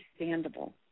understandable